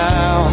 now